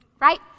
right